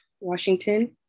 Washington